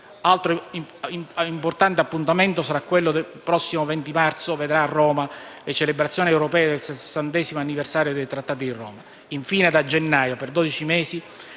Altro importante appuntamento sarà quello che il prossimo 20 marzo vedrà a Roma le celebrazioni europee del sessantesimo anniversario dei Trattati di Roma. Infine, da gennaio per dodici mesi